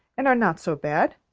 and are not so bad.